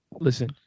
Listen